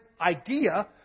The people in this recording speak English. idea